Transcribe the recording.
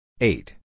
Eight